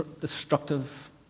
destructive